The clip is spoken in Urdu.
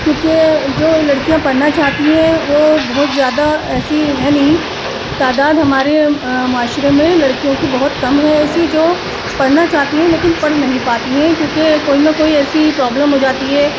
کیوںکہ جو لڑکیاں پڑھنا چاہتی ہیں وہ بہت زیادہ ایسی ہیں نہیں تعداد ہمارے معاشرے میں لڑکیوں کی بہت کم ہے ایسی جو پڑھنا چاہتی ہیں لیکن پڑھ نہیں پاتی ہیں کیوںکہ کوئی نہ کوئی ایسی پرابلم ہو جاتی ہے